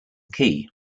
key